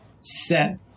set